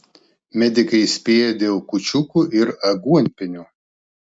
medikai įspėja dėl kūčiukų ir aguonpienio